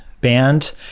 band